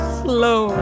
slow